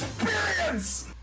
Experience